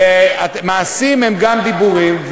מעשים הם גם דיבורים.